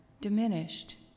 diminished